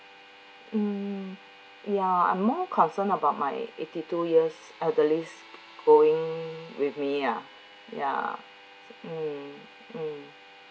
mm ya I'm more concern about my eighty two years elderlies going with me ah ya mm mm